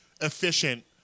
efficient